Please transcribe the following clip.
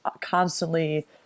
constantly